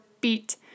beat